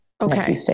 okay